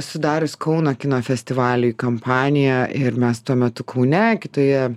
esu darius kauno kino festivaliui kampaniją ir mes tuo metu kaune kitoje